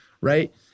right